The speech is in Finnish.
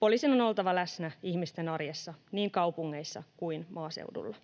Poliisin on oltava läsnä ihmisten arjessa niin kaupungeissa kuin maaseudulla.